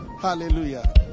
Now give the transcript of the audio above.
Hallelujah